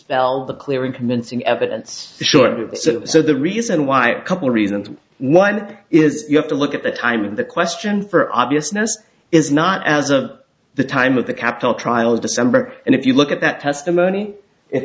el the clear and convincing evidence sure so the reason why a couple reasons one is you have to look at the time of the question for obviousness is not as of the time of the capital trial as december and if you look at that testimony it